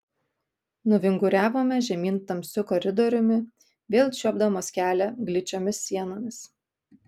nuvinguriavome žemyn tamsiu koridoriumi vėl čiuopdamos kelią gličiomis sienomis